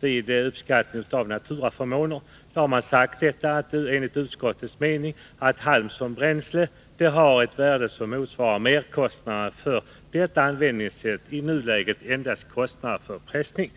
vid uppskattningen av naturaförmåner, är det utskottets mening att halm som bränsle bör ha ett värde som motsvarar merkostnaden för detta användningssätt, i nuläget endast kostnaden för pressning.